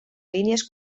línies